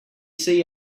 see